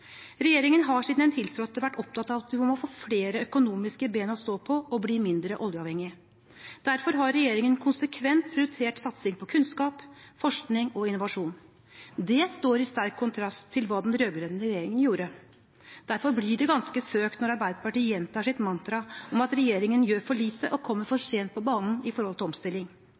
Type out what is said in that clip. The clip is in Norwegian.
Regjeringen har siden den tiltrådte, vært opptatt av at vi må få flere økonomiske ben å stå på og bli mindre oljeavhengige. Derfor har regjeringen konsekvent prioritert satsing på kunnskap, forskning og innovasjon – i sterk kontrast til hva den rød-grønne regjeringen gjorde. Derfor blir det ganske søkt når Arbeiderpartiet gjentar sitt mantra om at regjeringen gjør for lite og kommer for